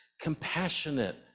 compassionate